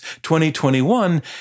2021